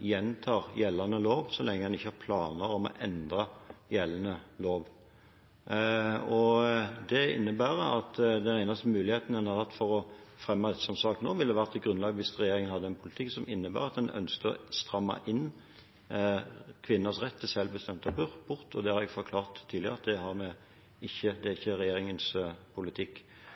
gjentar gjeldende lov, så lenge en ikke har planer om å endre gjeldende lov. Det innebærer at den eneste muligheten en har hatt for å fremme dette som en sak nå, ville vært hvis regjeringen hadde en politikk som innebar at en ønsket å stramme inn kvinners rett til selvbestemt abort. Det har jeg forklart tidligere